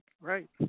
right